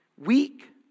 Weak